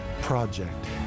project